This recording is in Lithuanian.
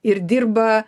ir dirba